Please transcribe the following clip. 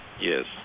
Yes